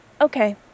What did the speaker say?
okay